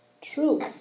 true